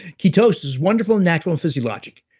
ketosis is wonderful, natural and physiologic.